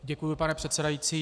Děkuji, pane předsedající.